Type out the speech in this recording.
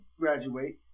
graduate